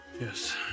Yes